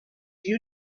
you